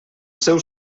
seu